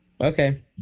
Okay